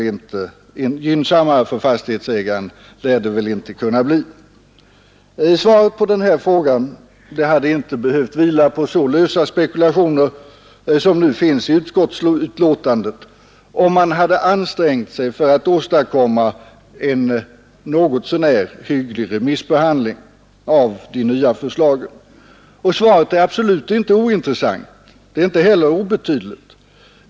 Gynnsammare för fastighetsägaren lär det väl inte bli. Svaret på denna fråga hade inte behövt vila på så lösa spekulationer som nu finns i betänkandet, om man hade ansträngt sig för att åstadkomma en något så när hygglig remissbehandling av de nya förslagen. Och svaret är absolut inte ointressant, inte heller är frågan obetydlig.